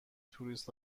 توریست